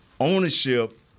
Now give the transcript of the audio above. ownership